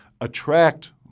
attract